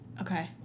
Okay